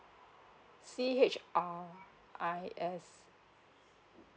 C H R I S